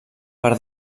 per